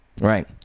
Right